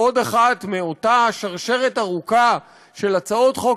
בעוד אחת מאותה שרשרת ארוכה של הצעות חוק